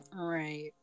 Right